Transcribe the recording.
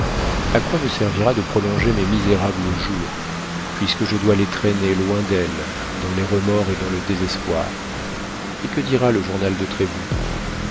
à quoi me servira de prolonger mes misérables jours puisque je dois les traîner loin d'elle dans les remords et dans le désespoir et que dira le journal de trévoux